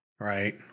Right